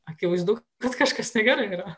akivaizdu kad kažkas negerai yra